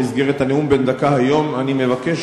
במסגרת הנאום בן דקה היום אני מבקש